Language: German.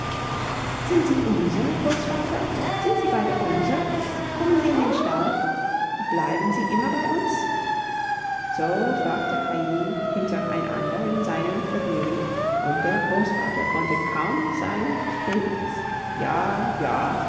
sind sie unser großvater sind sie beide unser kommen sie in den stall bleiben sie immer bei uns so fragte heidi hintereinander in seinem vergnügen und der großvater konnte kaum sein stetiges ja ja